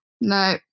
no